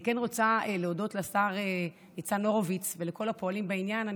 אני רוצה להודות לשר הורוביץ ולכל הפועלים בעניין.